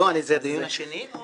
לא, זה הדיון השני.